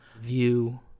view